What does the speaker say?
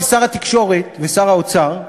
כי שר התקשורת ושר האוצר,